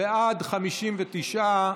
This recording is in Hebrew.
בעד הצביעו 48,